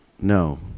No